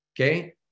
okay